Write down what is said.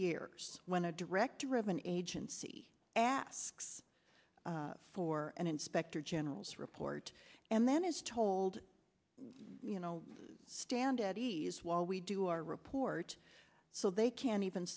years when a director of an agency asks for an inspector general's report and then is told you know stand at ease while we do our report so they can even